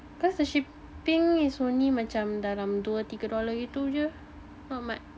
because the shipping is only macam dalam dua tiga dollar gitu aje not much